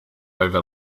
over